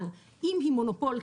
אבל אם היא מונופול,